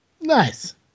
Nice